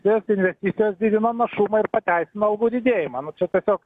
tos investicijos didina našumą ir pateisina algų didėjimą nu čia tiesiog